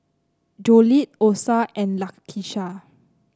Jolette Osa and Lakisha